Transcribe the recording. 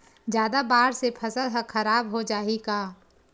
जादा बाढ़ से फसल ह खराब हो जाहि का?